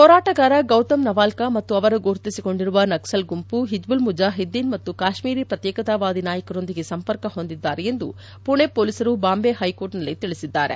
ಹೋರಾಟಗಾರ ಗೌತಮ್ ನವಾಲ್ಕಾ ಮತ್ತು ಅವರು ಗುರ್ತಿಸಿಕೊಂಡಿರುವ ನಕ್ಸಲ್ ಗುಂಪು ಹಿಜ್ಬುಲ್ ಮುಜಾಹಿದ್ದೀನ್ ಮತ್ತು ಕಾಶ್ಮೀರಿ ಪ್ರತ್ಯೇಕತಾವಾದಿ ನಾಯಕರೊಂದಿಗೆ ಸಂಪರ್ಕ ಹೊಂದಿದ್ದಾರೆ ಎಂದು ಪುಣೆ ಪೊಲೀಸರು ಬಾಂಬೆ ಹೈಕೋರ್ಟ್ನಲ್ಲಿ ತಿಳಿಸಿದ್ದಾರೆ